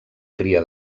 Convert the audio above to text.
cria